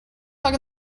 bug